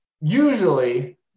usually